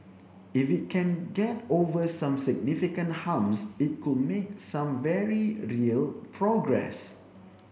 if it can get over some significant humps it could make some very real progress